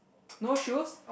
no shoes